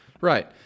right